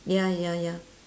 ya ya ya